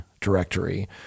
directory